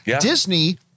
Disney